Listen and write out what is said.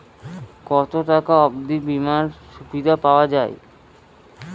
কত টাকা অবধি বিমার সুবিধা পাওয়া য়ায়?